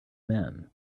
men